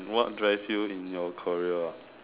what drive you in your career ah